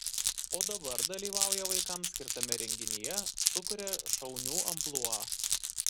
o dabar dalyvauja vaikams skirtame renginyje sukuria šaunių amplua